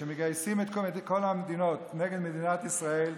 שמגייסים את כל המדינות נגד מדינת ישראל,